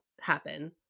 happen